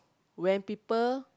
when people